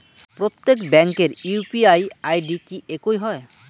প্রত্যেক ব্যাংকের UPI ID কি একই হয়?